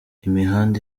imihanda